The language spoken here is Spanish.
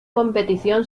competición